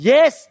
Yes